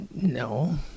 No